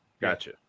Gotcha